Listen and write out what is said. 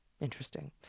interesting